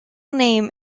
name